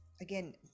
again